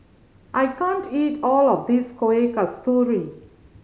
I can't eat all of this Kueh Kasturi